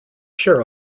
share